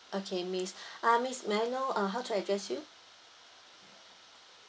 okay miss ah miss may I uh know how to address you